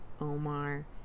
Omar